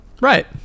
Right